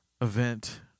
event